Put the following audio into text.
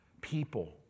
People